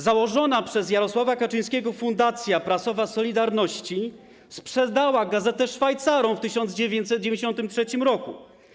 Założona przez Jarosława Kaczyńskiego Fundacja Prasowa „Solidarność” sprzedała gazetę Szwajcarom w 1993 r.